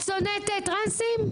את שונאת טרנסים?